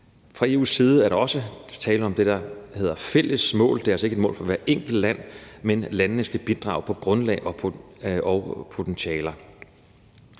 Fra EU's side er der også tale om det, der hedder fælles mål. Det er altså ikke et mål for hvert enkelt land, men landene skal bidrage på grundlag af potentiale.